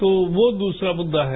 तो वो दूसरा मुद्दा है